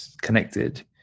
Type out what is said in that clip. connected